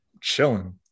Chilling